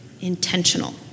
intentional